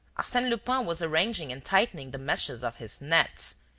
arsene lupin was arranging and tightening the meshes of his nets,